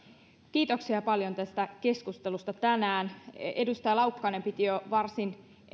kiitoksia paljon tästä keskustelusta tänään edustaja laukkanen piti jo varsin